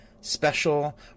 special